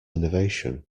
innovation